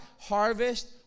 harvest